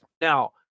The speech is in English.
Now